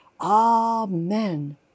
amen